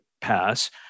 pass